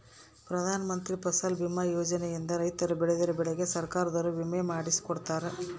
ಪ್ರಧಾನ ಮಂತ್ರಿ ಫಸಲ್ ಬಿಮಾ ಯೋಜನೆ ಇಂದ ರೈತರು ಬೆಳ್ದಿರೋ ಬೆಳೆಗೆ ಸರ್ಕಾರದೊರು ವಿಮೆ ಮಾಡ್ಸಿ ಕೊಡ್ತಾರ